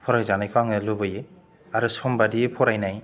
फराय जानायखौ आङो लुबैयो आरो समबादियै फरायनाय